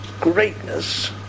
greatness